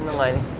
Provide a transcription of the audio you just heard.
lighting.